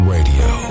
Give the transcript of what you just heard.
Radio